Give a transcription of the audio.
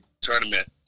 tournament